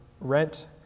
rent